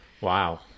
Wow